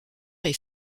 est